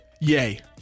Yay